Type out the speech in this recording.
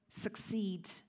succeed